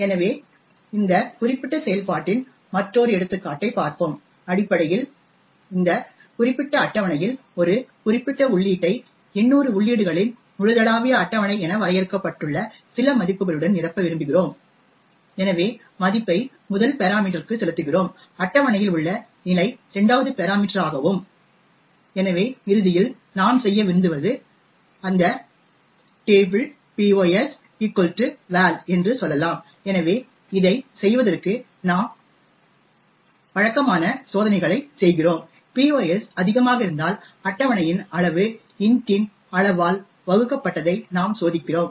ஆகவே இந்த குறிப்பிட்ட செயல்பாட்டின் மற்றொரு எடுத்துக்காட்டைப் பார்ப்போம் அடிப்படையில் இந்த குறிப்பிட்ட அட்டவணையில் ஒரு குறிப்பிட்ட உள்ளீட்டை 800 உள்ளீடுகளின் முழுதளாவிய அட்டவணை என வரையறுக்கப்பட்டுள்ள சில மதிப்புகளுடன் நிரப்ப விரும்புகிறோம் எனவே மதிப்பை முதல் பெராமீட்டர் க்கு செல்லுத்துகிறோம் அட்டவணையில் உள்ள நிலை 2 வது பெராமீட்டர் ஆகவும் எனவே இறுதியில் நாம் செய்ய விரும்புவது அந்த tablepos val என்று சொல்லலாம் எனவே இதைச் செய்வதற்கு முன் நாம் வழக்கமான சோதனைகளைச் செய்கிறோம் pos அதிகமாக இருந்தால் அட்டவணையின் அளவு இன்ட் இன் அளவால் வகுக்கப்பட்டதை நாம் சோதிக்கிறோம்